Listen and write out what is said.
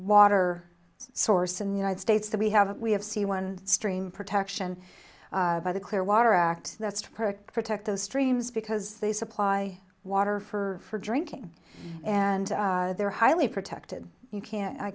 water source in the united states that we have we have c one stream protection by the clear water act that's perfect protect those streams because they supply water for drinking and they're highly protected you can't i